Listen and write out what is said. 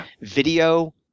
video